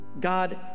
God